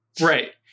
Right